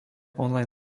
online